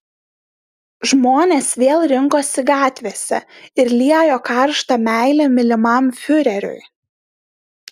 žmonės vėl rinkosi gatvėse ir liejo karštą meilę mylimam fiureriui